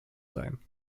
sein